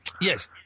Yes